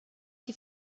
die